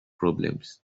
problems